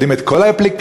יודעים את כל האפליקציות,